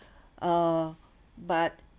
uh but